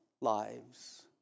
lives